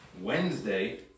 Wednesday